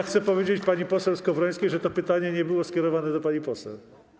Chcę powiedzieć pani poseł Skowrońskiej, że to pytanie nie było skierowane do pani poseł.